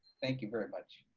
thank you very much.